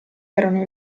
erano